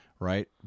Right